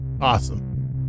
Awesome